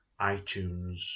iTunes